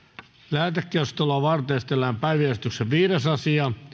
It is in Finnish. lähetekeskustelua varten esitellään päiväjärjestyksen viides asia